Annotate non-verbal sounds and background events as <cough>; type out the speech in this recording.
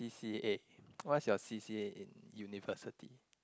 c_c_a <noise> what's your c_c_a in university